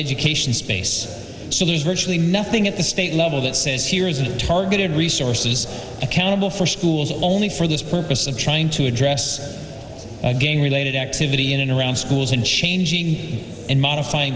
education space so there's virtually nothing at the state level that says here is a targeted resources accountable for schools only for this purpose of trying to address gang related activity in and around schools and changing and modifying